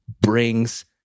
brings